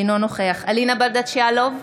אינו נוכח אלינה ברדץ' יאלוב,